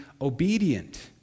obedient